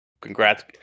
Congrats